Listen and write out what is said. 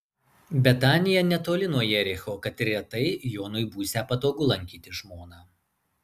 betanija netoli nuo jericho kad ir retai jonui būsią patogu lankyti žmoną